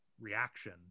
reaction